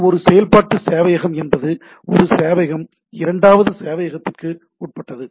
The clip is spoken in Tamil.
இது ஒரு செயல்பாட்டு சேவையகம் என்பது ஒரு சேவையகம் இரண்டாவது சேவையகத்திற்கு உட்பட்டது